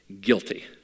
Guilty